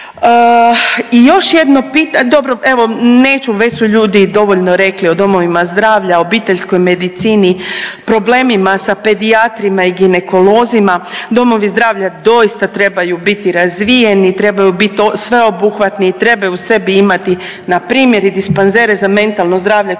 I još jedno, dobro evo neću već su ljudi i dovoljno rekli o domovima zdravlja, obiteljskoj medicini, problemima sa pedijatrima i ginekolozima. Domovi zdravlja doista trebaju biti razvijeni, trebaju biti sveobuhvatni, trebaju u sebi imati npr. i dispanzere za mentalno zdravlje